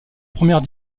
première